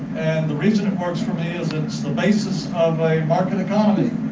and the reason it works for me is it's the basis of a market economy.